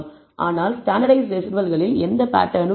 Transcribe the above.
ஆனால் ஸ்டாண்டர்ட்டைஸ்ட் ரெஸிடுவல்களில் எந்த பேட்டர்னும் இல்லை